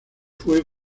fue